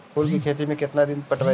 फूल के खेती में केतना दिन पर पटइबै?